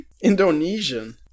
indonesian